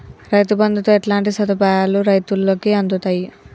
రైతు బంధుతో ఎట్లాంటి సదుపాయాలు రైతులకి అందుతయి?